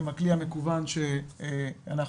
עם הכלי המקוון שפיתחנו,